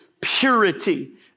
purity